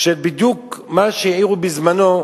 בדיוק מה שהעירו בזמנו,